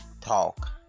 talk